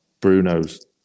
Bruno's